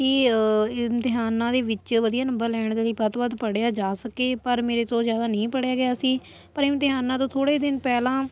ਕਿ ਇਮਤਿਹਾਨਾਂ ਦੇ ਵਿੱਚ ਵਧੀਆ ਨੰਬਰ ਲੈਣ ਦੇ ਲਈ ਵੱਧ ਤੋਂ ਵੱਧ ਪੜ੍ਹਿਆ ਜਾ ਸਕੇ ਪਰ ਮੇਰੇ ਤੋਂ ਜ਼ਿਆਦਾ ਨਹੀ ਪੜ੍ਹਿਆ ਗਿਆ ਸੀ ਪਰ ਇਮਤਿਹਾਨਾਂ ਤੋਂ ਥੋੜ੍ਹੇ ਦਿਨ ਪਹਿਲਾਂ